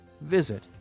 visit